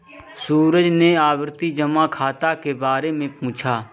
सूरज ने आवर्ती जमा खाता के बारे में पूछा